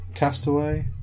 Castaway